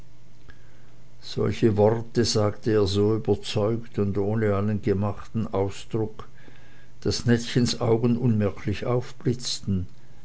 solche worte sagte er so überzeugt und ohne allen gemachten ausdruck daß nettchens augen unmerklich aufblitzten